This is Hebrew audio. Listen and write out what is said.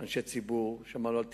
אנשי ציבור, שמענו על תקשורת,